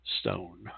stone